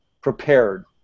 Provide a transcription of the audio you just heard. prepared